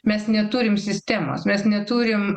mes neturim sistemos mes neturim